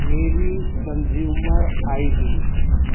میری consumer I D